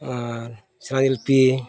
ᱟᱨ ᱥᱮᱬᱟ ᱡᱤᱞᱯᱤ